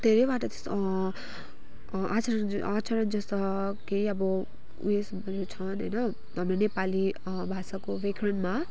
धेरैवटा त्यस्तो आचरण आचरण जस्ता केही अब उयोसहरू छन् होइन हाम्रो नेपाली भाषाको व्याकरणमा